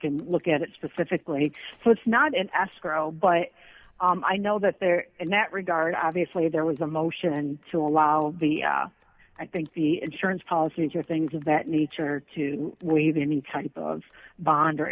can look at it specifically so it's not an escrow but i know that there in that regard obviously there was a motion to allow the i think the insurance policies or things of that nature to waive any type of bond or